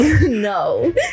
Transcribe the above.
No